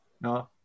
No